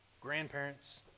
grandparents